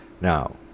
Now